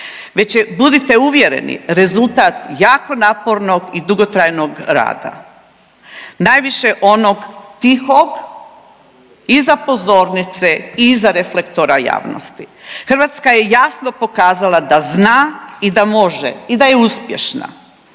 budite uvjereni rezultat jako napornog i dugotrajnog rada najviše onog tihog, iza pozornice i iza reflektora javnosti. Hrvatska je jasno pokazala da zna i da može i da je uspješna.